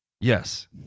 yes